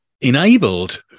enabled